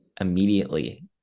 immediately